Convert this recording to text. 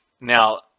Now